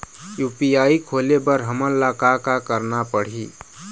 UPI खोले बर हमन ला का का करना पड़ही?